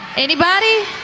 anybody?